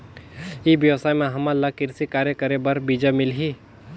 ई व्यवसाय म हामन ला कृषि कार्य करे बर बीजा मिलही?